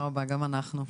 תודה רבה, גם אנחנו.